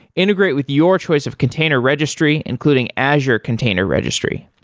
integrate with your choice of container registry, including azure container registry.